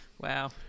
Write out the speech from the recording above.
Wow